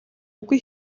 үгүй